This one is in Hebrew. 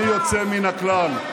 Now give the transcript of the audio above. בלי יוצא מן הכלל.